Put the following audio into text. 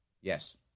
Yes